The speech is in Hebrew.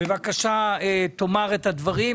איתי, בבקשה תאמר את הדברים.